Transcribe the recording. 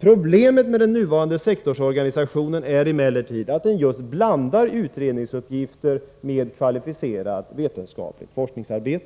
Problemet med den nuvarande sektorsorganisationen är emellertid att den blandar utredningsuppgifter med kvalificerat vetenskapligt forskningsarbete.